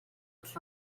els